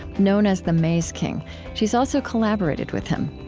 known as the mazeking she's also collaborated with him.